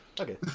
okay